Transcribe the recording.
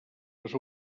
les